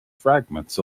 fragments